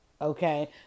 okay